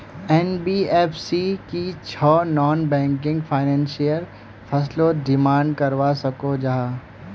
NBFC की छौ non banking financial फसलोत डिमांड करवा सकोहो जाहा?